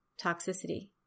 toxicity